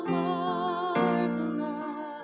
marvelous